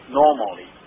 normally